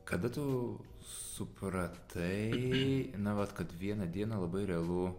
kada tu supratai na vat kad vieną dieną labai realu